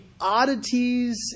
oddities